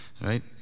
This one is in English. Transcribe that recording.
Right